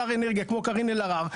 כמו קארין אלהרר,